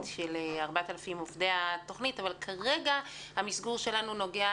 של 4,000 עובדי התוכנית אבל כרגע המסגור שלנו נוגע